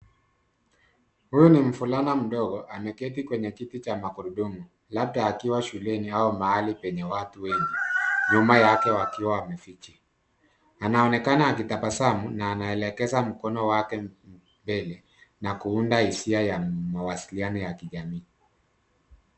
Huyu ni mvulana mdogo ameketi kwenye kiti cha magurudumu labda akiwa shuleni au mahali penye watu wengi nyuma yake wakiwa wamfiche. Anaonekana akitabasamu na anaelekeza mkono wake mbele na kuunda hisia ya mawasiliano ya kijamii.